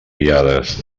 guiades